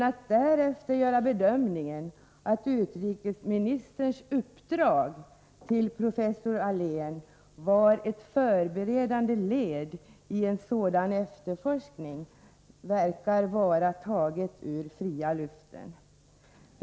Att därefter göra bedömningen att utrikesministerns uppdrag till professor Allén var ett förberedande led i en sådan efterforskning verkar vara taget fritt ur luften.